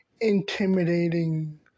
intimidating